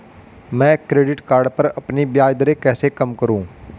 मैं credit card पर अपनी ब्याज दरें कैसे कम करूँ?